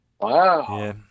Wow